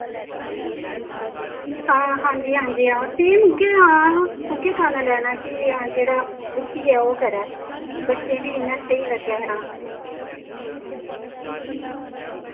हां हांजी हांजी हां सेम उऐ हां उऐ गाना लैना कि हां जेह्ड़ा उस्सी गै ओह् करै बच्चें बी इयां स्हेई लग्गै हां